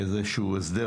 זה הסדר